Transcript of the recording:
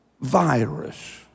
virus